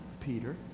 Peter